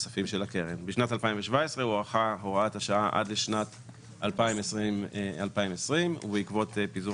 בשנת 2017 הוארכה הוראת השעה עד לשנת 2020. בעקבות פיזור